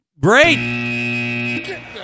Great